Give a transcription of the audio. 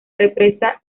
represa